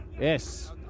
Yes